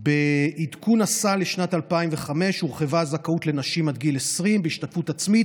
בעדכון הסל לשנת 2005 הורחבה הזכאות לנשים עד גיל 20 בהשתתפות עצמית,